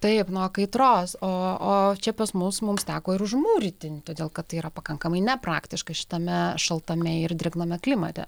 taip nuo kaitros o o čia pas mus mums teko ir užmūryti todėl kad tai yra pakankamai nepraktiška šitame šaltame ir drėgname klimate